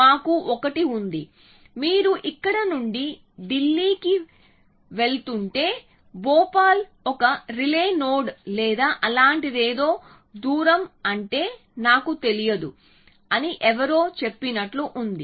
మాకు 1 ఉంది మీరు ఇక్కడి నుండి ఢిల్లీకి వెళుతుంటే భోపాల్ ఒక రిలే నోడ్ లేదా అలాంటిదేదో దూరం అంటే నాకు తెలియదు అని ఎవరో చెప్పినట్లు ఉంది